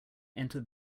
entered